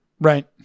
Right